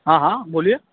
હા હા બોલીયે